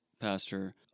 Pastor